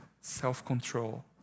self-control